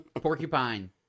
Porcupine